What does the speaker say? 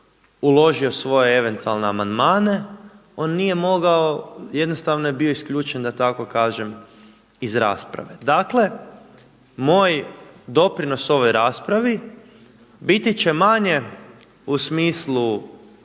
uložio svoje eventualno amandmane on nije mogao, jednostavno je bio isključen da tako kažem iz rasprave. Dakle, moj doprinos ovoj raspravi bit će manje u smislu